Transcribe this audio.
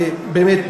באמת,